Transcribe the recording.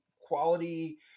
quality